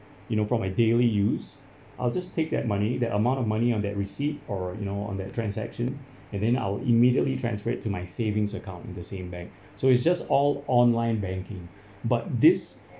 you know from a daily use I'll just take that money that amount of money on that receipt or you know on that transaction and then I'll immediately transfer to my savings account in the same bank so it's just all online banking but this